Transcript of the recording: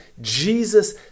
Jesus